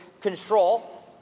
control